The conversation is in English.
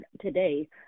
today